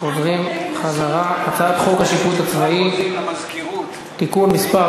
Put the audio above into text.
חוזרים להצעת החוק השיפוט הצבאי (תיקון מס'